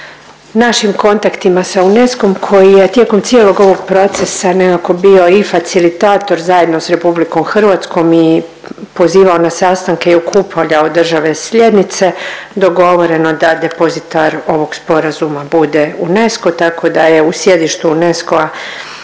našim kontaktima sa UNESCO-m koji je tijekom cijelog ovog procesa nekako bio i facilitator zajedno s RH i pozivao na sastanke i okupljao države slijednice, dogovoreno da depozitar ovog sporazuma bude UNESCO, tako da je u sjedištu UNESCO-a